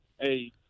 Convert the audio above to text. Hey